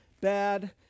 bad